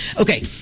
okay